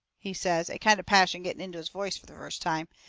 he says, a kind of passion getting into his voice fur the first time,